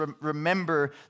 remember